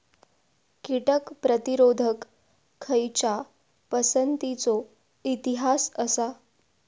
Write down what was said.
कीटक प्रतिरोधक खयच्या पसंतीचो इतिहास आसा?